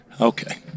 Okay